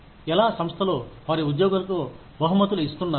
ఎలా సంస్థలు వారి ఉద్యోగులకు బహుమతులు ఇస్తున్నాయి